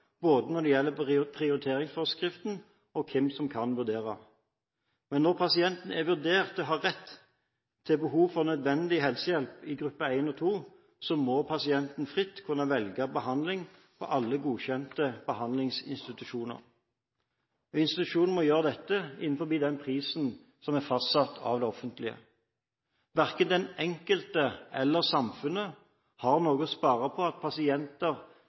både når det gjelder prioriteringsforskriften, og hvem som kan vurdere. Men når pasienten er vurdert til å ha behov for nødvendig helsehjelp – gruppe 1 og 2 – må pasienten fritt kunne velge behandling på alle godkjente behandlingsinstitusjoner. Institusjonen må gjøre det innenfor den prisen som er fastsatt av det offentlige. Hverken den enkelte eller samfunnet har noe å spare på at pasienter